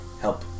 help